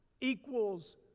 equals